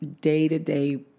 day-to-day